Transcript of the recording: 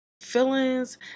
feelings